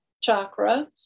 chakra